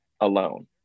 alone